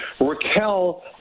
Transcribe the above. Raquel